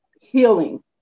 healing